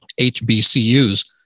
HBCUs